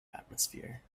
atmosphere